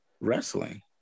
wrestling